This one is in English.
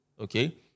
Okay